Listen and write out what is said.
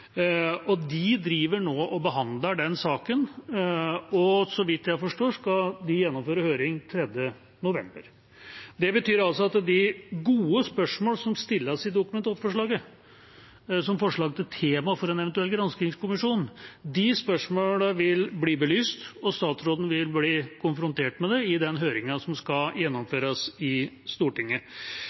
De driver nå og behandler den saken, og så vidt jeg forstår, skal de gjennomføre høring 3. november. Det betyr altså at de gode spørsmål som stilles i Dokument 8-forslaget som forslag til tema for en eventuell granskingskommisjon, vil bli belyst, og statsråden vil bli konfrontert med det i den høringen som skal gjennomføres i Stortinget.